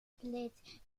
plate